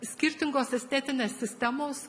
skirtingos estetinės sistemos